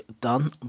done